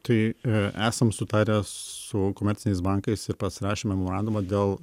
tai a esam sutarę su komerciniais bankais ir pasirašę memorandumą dėl